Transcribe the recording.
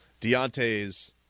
Deontay's